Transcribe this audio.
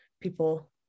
people